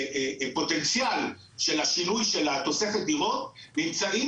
מהפוטנציאל של השינוי של תוספת הדירות נמצאים